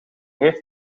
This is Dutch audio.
heeft